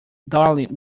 darling